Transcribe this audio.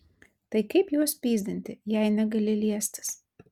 tai kaip juos pyzdinti jei negali liestis